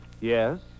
Yes